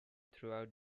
throughout